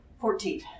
Fourteen